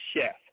chef